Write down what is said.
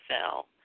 fell